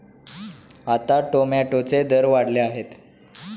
आता टोमॅटोचे दर वाढले आहेत